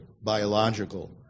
biological